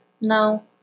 No